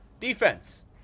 Defense